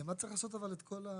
למה צריך לעשות אבל את כל,